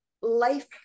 life